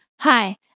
hi